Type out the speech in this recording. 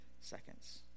seconds